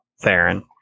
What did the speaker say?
Theron